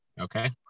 Okay